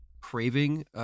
craving